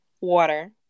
water